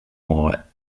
more